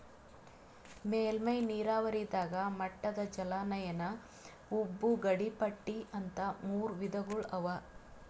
ಮೇಲ್ಮೈ ನೀರಾವರಿದಾಗ ಮಟ್ಟದ ಜಲಾನಯನ ಉಬ್ಬು ಗಡಿಪಟ್ಟಿ ಅಂತ್ ಮೂರ್ ವಿಧಗೊಳ್ ಅವಾ